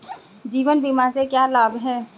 जीवन बीमा से क्या लाभ हैं?